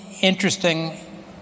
interesting